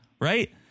Right